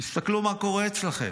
תסתכלו מה קורה אצלכם.